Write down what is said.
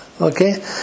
okay